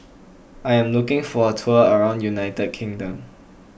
I am looking for a tour around United Kingdom